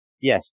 yes